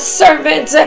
servant